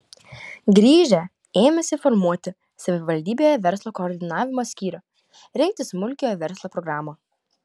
grįžę ėmėsi formuoti savivaldybėje verslo koordinavimo skyrių rengti smulkiojo verslo programą